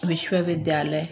विश्वविद्यालय